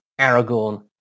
aragorn